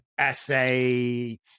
essay